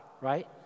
right